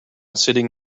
sitting